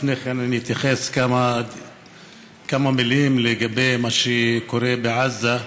לפני כן אתייחס בכמה מילים לגבי מה שקורה בעזה.